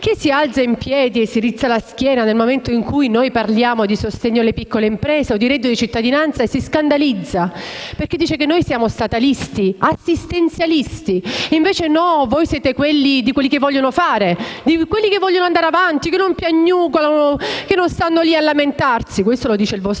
che si alzano in piedi e drizzano la schiena nel momento in cui noi parliamo di sostegno alle piccole imprese o di reddito di cittadinanza e si scandalizzino perché dicono che siamo statalisti e assistenzialisti. Voi, invece, siete quelli vogliono fare, che vogliono andare avanti, che non piagnucolano e non stanno lì a lamentarsi. Questo lo dice il vostro *Premier*.